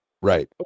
right